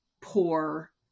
poor